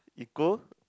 equal